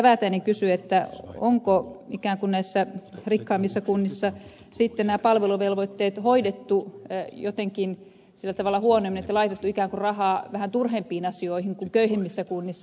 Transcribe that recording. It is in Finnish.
väätäinen kysyi onko ikään kuin näissä rikkaammissa kunnissa sitten palveluvelvoitteet hoidettu jotenkin sillä tavalla huonommin että on laitettu ikään kuin rahaa vähän turhempiin asioihin kuin köyhemmissä kunnissa